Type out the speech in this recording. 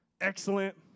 excellent